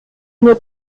nur